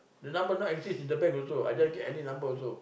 the number not exist in the bank also I just give any number also